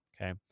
okay